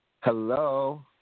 Hello